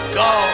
go